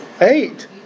Eight